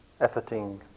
efforting